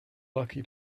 lucky